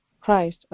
Christ